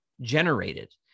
generated